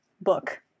book